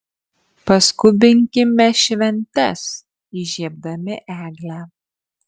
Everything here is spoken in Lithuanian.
paskubinkime šventes įžiebdami eglę